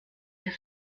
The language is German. der